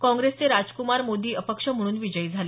काँग्रेसचे राजकुमार मोदी अपक्ष म्हणून विजयी झाले